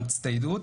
גם הצטיידות,